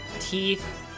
teeth